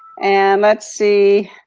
and let's see,